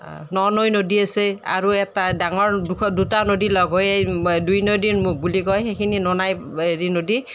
ননৈ নদী আছে আৰু এটা ডাঙৰ দুখন দুটা নদী লগ হৈ দুই নদীৰ মুখ বুলি কয় সেইখিনি ননাই হেৰি নদী